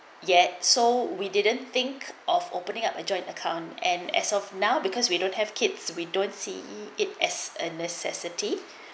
yet so we didn't think of opening up a joint account and as of now because we don't have kids we don't see it as a necessity